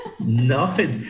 No